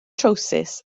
trowsus